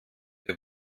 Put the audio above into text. wir